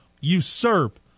usurp